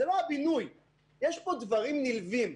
יש פה דברים נלווים,